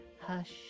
Hush